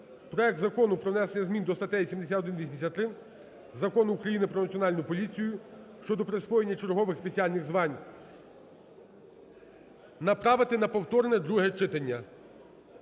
проект Закону про внесення змін до статей 71 і 83 Закон України "Про Національну поліцію" щодо присвоєння чергових спеціальних звань, направити на повторне друге читання.